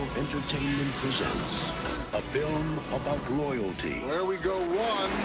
entertainment present a film about loyalty where we go one,